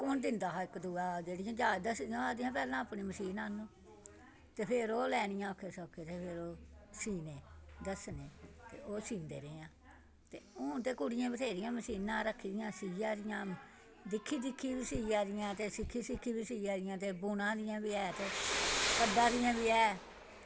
किन दस्सदा हा पैह्लें जेह्ड़ियां जाच दस्सदियां हि'यां ओह् आक्खदियां हि'यां की पैह्लें मशीन आह्नो अपनी ते फिर ओह् लैनियां ओक्खै सोखै सीह्ना ते दस्सना ओह् सींदे रेह् आं ते हून ते कुड़ियें बथ्हेरियां मशीनां रक्खी दियां ते सीआ दि'यां दिक्खी दिक्खी बी सीआ दि'यां ते सिक्खी सिक्खी बी सीआ दियां बुना दियां बी ते कड्ढा दियां बी ऐ